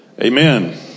amen